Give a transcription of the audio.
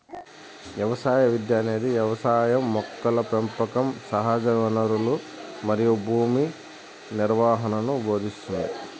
వ్యవసాయ విద్య అనేది వ్యవసాయం మొక్కల పెంపకం సహజవనరులు మరియు భూమి నిర్వహణను భోదింస్తుంది